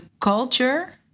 culture